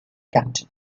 captain